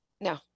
No